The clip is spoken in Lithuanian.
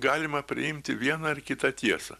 galima priimti vieną ar kitą tiesą